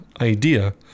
idea